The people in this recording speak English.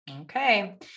Okay